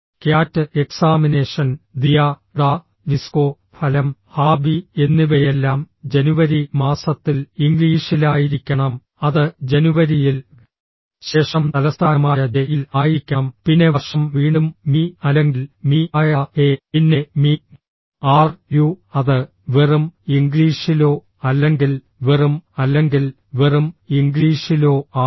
cat examination ദിയാ ടാ ഡിസ്കോ ഫലം ഹാബി എന്നിവയെല്ലാം ജനുവരി മാസത്തിൽ ഇംഗ്ലീഷിലായിരിക്കണം അത് ജനുവരിയിൽ ശേഷം തലസ്ഥാനമായ ജെ യിൽ ആയിരിക്കണം പിന്നെ വർഷം വീണ്ടും മീ അല്ലെങ്കിൽ മീ ആയാ ഹേ പിന്നെ മീ ആർ യു അത് വെറും ഇംഗ്ലീഷിലോ അല്ലെങ്കിൽ വെറും അല്ലെങ്കിൽ വെറും ഇംഗ്ലീഷിലോ ആണ്